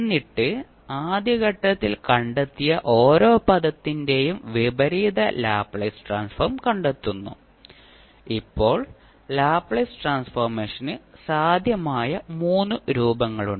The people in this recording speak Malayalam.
എന്നിട്ട് ആദ്യ ഘട്ടത്തിൽ കണ്ടെത്തിയ ഓരോ പദത്തിന്റെയും വിപരീത ലാപ്ലേസ് ട്രാൻസ്ഫോം കണ്ടെത്തുന്നു ഇപ്പോൾ ലാപ്ലേസ് ട്രാൻസ്ഫോർമേഷന് സാധ്യമായ മൂന്ന് രൂപങ്ങളുണ്ട്